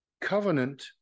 covenant